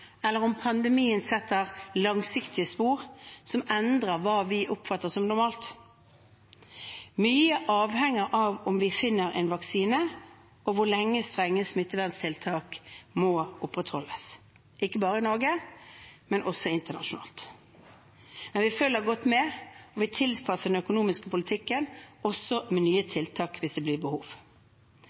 eller om pandemien vil sette langsiktige spor som endrer hva vi oppfatter som normalt. Mye avhenger av om vi finner en vaksine, og hvor lenge strenge smitteverntiltak må opprettholdes, ikke bare i Norge, men også internasjonalt. Men vi følger godt med og vil tilpasse den økonomiske politikken – også med nye tiltak hvis det blir behov.